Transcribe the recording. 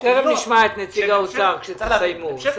תיכף נשמע את נציג האוצר כשתסיימו.